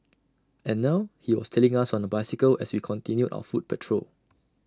and now he was tailing us on A bicycle as we continued our foot patrol